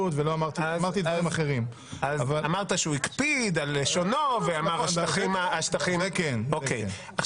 המלצת הלשכה המשפטית להעביר את זה לוועדת העבודה והרווחה.